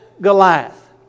Goliath